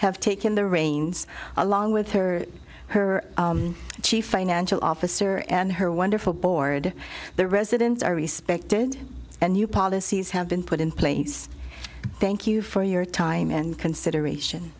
have taken the reins along with her her chief financial officer and her wonderful board the residents are respected and you policies have been put in place thank you for your time and consideration